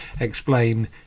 explain